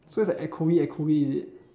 so it's like echoey echoey is it